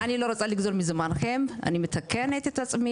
אני דיברתי על החיבור עם צה"ל,